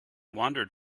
wandered